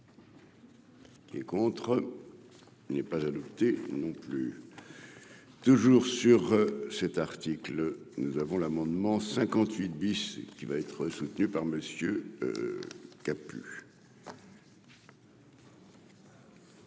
Qui est contre, n'est pas adopté non plus 2 jours sur cet article, nous avons l'amendement 58 bis et qui va être soutenu par monsieur